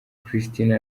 kristina